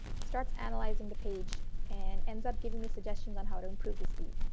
starts analyzing the page and ends up giving me suggestions on how to improve the speed.